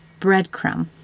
breadcrumb